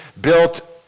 built